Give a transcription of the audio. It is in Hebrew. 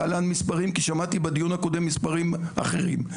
להלן מספרים, כי שמעתי בדיון הקודם מספרים אחרים.